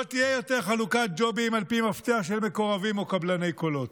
לא תהיה יותר חלוקת ג'ובים על פי מפתח של מקורבים או קבלני קולות,